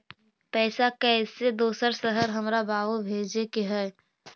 पैसा कैसै दोसर शहर हमरा बाबू भेजे के है?